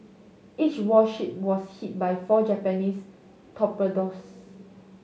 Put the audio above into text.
each warship was hit by four Japanese torpedoes